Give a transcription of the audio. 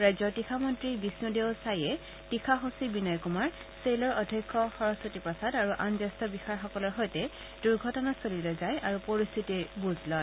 ৰাজ্যৰ তীখা মন্ত্ৰী বিষ্ণুদেও চাইয়ে তীখা সচিব বিনয় কুমাৰ চেইলৰ অধ্যক্ষ সৰস্বতী প্ৰসাদ আৰু আন জ্যেষ্ঠ বিষয়াসকলৰ সৈতে দুৰ্ঘটনাস্থলীলৈ যায় আৰু পৰিস্থিতিৰ বুজ লয়